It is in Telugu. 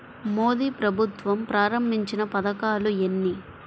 మోదీ ప్రభుత్వం ప్రారంభించిన పథకాలు ఎన్ని?